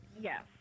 yes